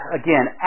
again